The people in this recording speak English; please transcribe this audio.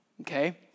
okay